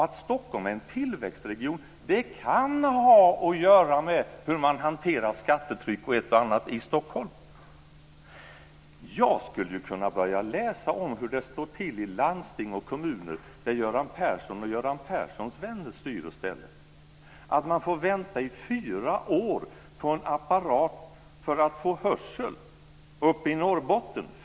Att Stockholm är en tillväxtregion kan ha att göra med hur man hanterar skattetryck och ett och annat i Stockholm. Jag skulle kunna börja läsa om hur det står till i landsting och kommuner där Göran Perssons vänner styr och ställer och om att man får vänta i fyra år på en apparat för att få hörsel uppe i Norrbotten.